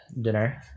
dinner